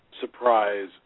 surprise